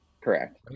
Correct